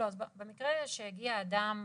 במקרה שהגיע אדם